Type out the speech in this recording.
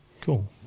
Cool